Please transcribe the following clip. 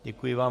Děkuji vám.